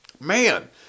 man